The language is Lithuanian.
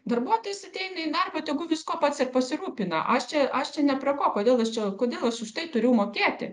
darbuotojas ateina į darbą tegu viskuo pats ir pasirūpina aš čia aš čia ne prie ko kodėl jūs čia kodėl aš už tai turiu mokėti